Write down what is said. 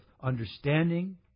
understanding